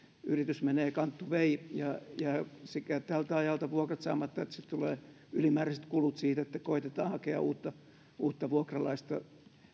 yritys menee kanttuvei ja sekä jäävät vuokrat saamatta tältä ajalta että sitten tulevat ylimääräiset kulut siitä että koetetaan hakea uutta uutta vuokralaista